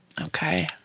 Okay